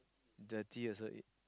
dirty also